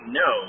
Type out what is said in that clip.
no